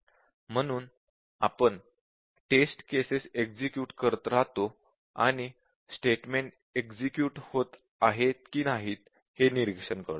म्हणून आपण test cases execute करत राहतो आणि स्टेटमेंट एक्झिक्युट होत आहेत की नाही ते निरीक्षण करतो